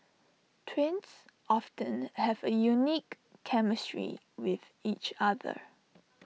twins often have A unique chemistry with each other